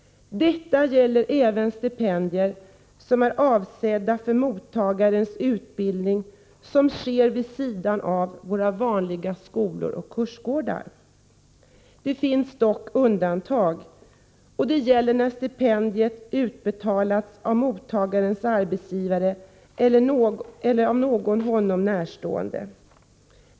Detta gäller även stipendier som är avsedda för mottagare som genomgår utbildning vid sidan av våra vanliga skolor och kursgårdar. Det finns dock undantag, och det gäller när stipendiet utbetalats av mottagarens arbetsgivare eller av någon honom närstående.